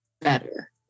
better